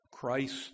Christ